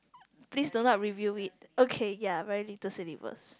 please do not reveal it okay ya very little syllables